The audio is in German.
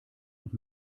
und